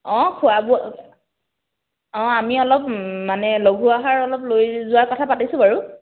অঁ খোৱা বোৱা অঁ আমি অলপ মানে লঘু আহাৰ অলপ লৈ যোৱাৰ কথা পাতিছোঁ বাৰু